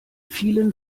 vielen